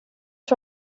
att